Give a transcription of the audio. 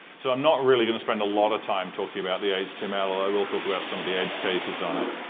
so i'm not really going to spend a lot of time talking about the html. i will talk about some of the edge cases on it.